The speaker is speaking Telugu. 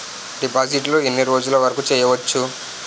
డిపాజిట్లు ఎన్ని రోజులు వరుకు చెయ్యవచ్చు?